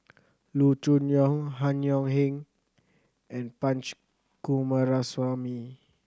Loo Choon Yong Han Yong Hong and Punch Coomaraswamy